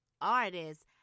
artists